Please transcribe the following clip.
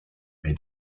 may